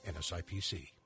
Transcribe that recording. NSIPC